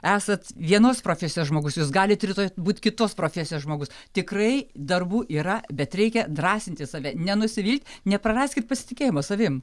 esat vienos profesijos žmogus jūs galit rytoj būt kitos profesijos žmogus tikrai darbų yra bet reikia drąsinti save nenusivilti nepraraskit pasitikėjimo savim